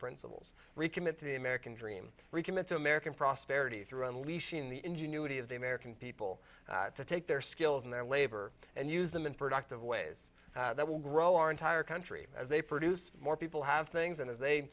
principles recommit to the american dream recommit american prosperity through unleashing the ingenuity of the american people to take their skills and their labor and use them in productive ways that will grow our entire country as they produce more people have things and if they